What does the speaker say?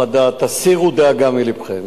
חדה: תסירו דאגה מלבכם.